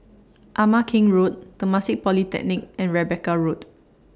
Ama Keng Road Temasek Polytechnic and Rebecca Road